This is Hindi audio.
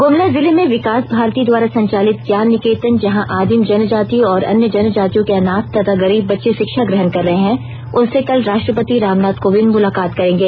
गुमला जिले में विकास भारती द्वारा संचालित ज्ञान निकेतन में जहां आदिम जनजाति और अन्य जनजातियों के अनाथ तथा गरीब बच्चे शिक्षा ग्रहण कर रहे हैं कल इनसे राष्ट्रपति रामनाथ कोविंद मुलाकात करेंगे